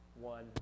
one